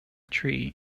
tree